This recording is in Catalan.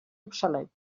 obsolet